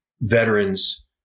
veterans